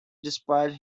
despite